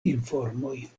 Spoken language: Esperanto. informoj